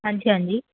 ਹਾਂਜੀ ਹਾਂਜੀ